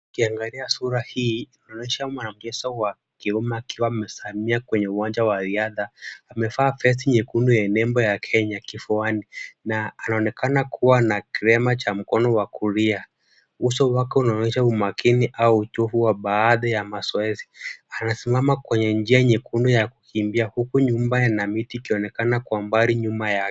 Tukiangalia sura hii, inaonyesha mwanageso wa kiume akiwa amesalia kwenye uwanja wa riadha. Amevaa vesti nyekundu yenye nembo ya Kenya kifuani na anaonekana kuwa na kilema cha mkono wa kulia. Uso wake unaonyesha umakini au uchovu wa baada ya mazoezi. Amesimama kwenye njia nyekundu ya kukimbia, huku nyumba na miti ikionekana kwa mbali nyuma yake.